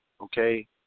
okay